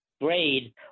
grade